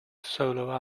solo